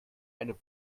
eine